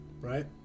right